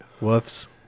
whoops